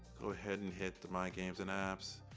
go ahead and hit the my games and apps,